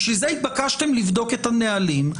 בשביל זה התבקשתם לבדוק את הנהלים.